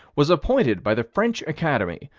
was appointed by the french academy,